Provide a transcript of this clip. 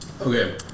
Okay